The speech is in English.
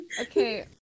Okay